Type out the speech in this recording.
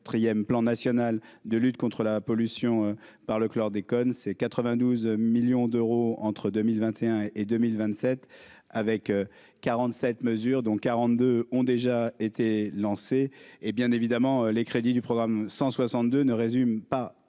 plan national de lutte contre la pollution par le chlordécone ses 92 millions d'euros entre 2021 et 2027 avec 47 mesures, dont 42 ont déjà été et bien évidemment les crédits du programme 162 ne résume pas